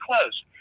Close